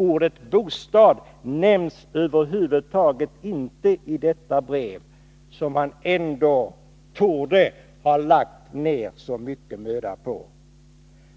Ordet ”bostad” nämns över huvud taget inte i detta brev, som man ändå torde ha lagt ned så mycken möda på.